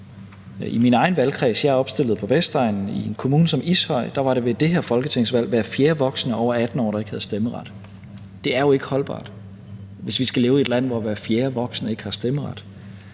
I min egen valgkreds – jeg er opstillet på Vestegnen – var det ved det sidste folketingsvalg i en kommune som Ishøj hver fjerde voksne over 18 år, der ikke havde stemmeret. Det er jo ikke holdbart, hvis vi skal leve i et land, hvor hver fjerde voksne ikke har stemmeret.